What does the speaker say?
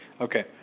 Okay